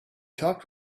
talked